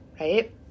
right